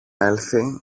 έλθει